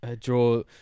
draw